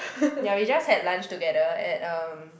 ya we just had lunch together at um